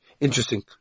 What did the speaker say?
Interesting